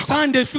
Sunday